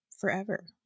forever